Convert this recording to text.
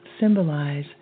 symbolize